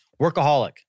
Workaholic